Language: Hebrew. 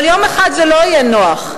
אבל יום אחד זה לא יהיה נוח,